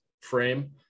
frame